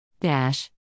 Dash